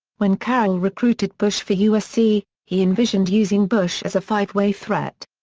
when carroll recruited bush for usc, he envisioned using bush as a five-way threat.